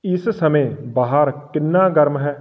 ਇਸ ਸਮੇਂ ਬਾਹਰ ਕਿੰਨਾ ਗਰਮ ਹੈ